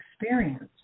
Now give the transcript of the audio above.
experience